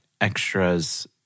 extras